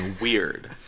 weird